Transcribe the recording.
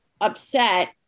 upset